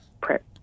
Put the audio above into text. prep